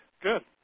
Good